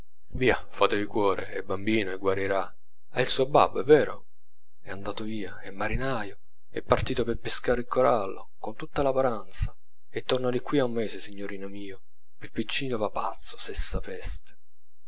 via fatevi cuore è bambino e guarirà ha il suo babbo è vero è andato via è marinaro è partito per pescare il corallo con tutta la paranza e torna di qui a un mese signorino mio pel piccino va pazzo se sapeste